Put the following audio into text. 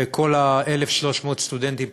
וכל 1,300 הסטודנטים,